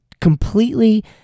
completely